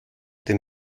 den